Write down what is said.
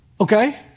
Okay